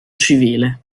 civile